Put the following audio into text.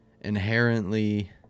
inherently